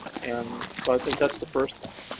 and so i think that's the first thing.